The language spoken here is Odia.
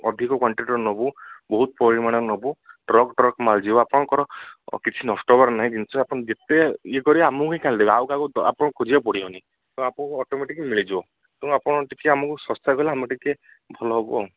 ଅଧିକ କ୍ୱାଣ୍ଟିଟିର ନେବୁ ବହୁତ ପରିମାଣରେ ନେବୁ ଟ୍ରକ ଟ୍ରକ ମାଲ୍ ଯିବ ଆପଣଙ୍କର କିଛି ନଷ୍ଟ ହେବାର ନାହିଁ ଜିନିଷ ଆପଣ ଯେତେ ଇଏ କରିବେ ଆମକୁ ହିଁ ଖାଲିଦେବେ ଆଉ କାହାକୁ ଆପଣଙ୍କୁ ଖୋଜିବାକୁ ପଡ଼ିବନି ତ ଆପଣଙ୍କୁ ଅଟୋମେଟିକ୍ ମିଳିଯିବ ତେଣୁ ଆପଣ ଟିକେ ଆମକୁ ଶସ୍ତା ଦେଲେ ଆମେ ଟିକେ ଭଲ ହେବୁ ଆଉ